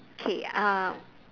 okay uh